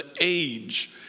age